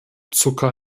zucker